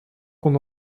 qu’on